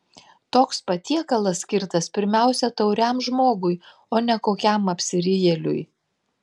toks patiekalas skirtas pirmiausia tauriam žmogui o ne kokiam apsirijėliui